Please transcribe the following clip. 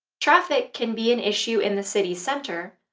traffic can be an issue in the city centre,